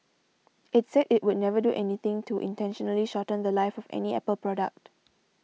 it said it would never do anything to intentionally shorten the Life of any Apple product